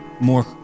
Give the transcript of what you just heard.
more